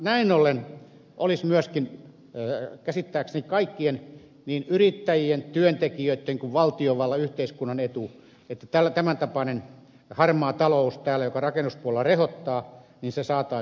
näin ollen olisi myöskin käsittääkseni kaikkien etu niin yrittäjien työntekijöitten kuin valtiovallan yhteiskunnan että tämäntapainen harmaa talous joka rakennuspuolella täällä rehottaa saataisiin kuriin